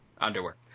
underwear